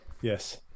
yes